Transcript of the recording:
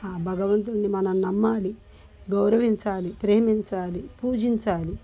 ఆ భగవంతుడిని మనం నమ్మాలి గౌరవించాలి ప్రేమించాలి పూజించాలి